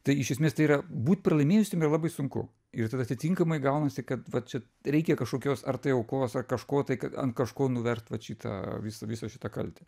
tai iš esmės tai yra būt pralaimėjusiem yra labai sunku ir tada atitinkamai gaunasi kad vat čia reikia kažkokios ar tai aukos ar kažko tai ant kažko nuverst vat šitą visą visą šitą kaltę